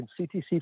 CTC